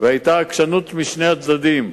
והיתה עקשנות משני הצדדים,